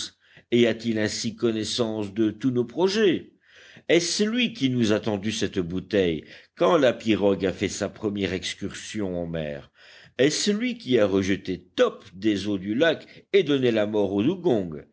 et a-t-il ainsi connaissance de tous nos projets est-ce lui qui nous a tendu cette bouteille quand la pirogue a fait sa première excursion en mer est-ce lui qui a rejeté top des eaux du lac et donné la mort au dugong